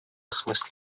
смысле